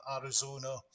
arizona